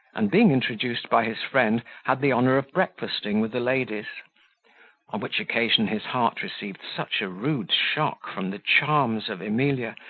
and, being introduced by his friend, had the honour of breakfasting with the ladies on which occasion his heart received such a rude shock from the charms of emilia,